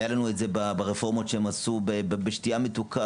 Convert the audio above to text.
היה לנו את זה ברפורמות שהם עשו בשתייה מתוקה